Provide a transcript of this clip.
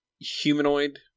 humanoid